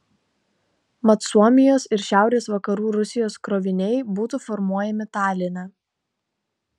mat suomijos ir šiaurės vakarų rusijos kroviniai būtų formuojami taline